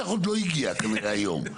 המשיח עוד לא הגיע כנראה היום.